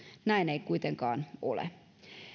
näin ei kuitenkaan ole